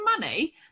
money